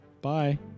Bye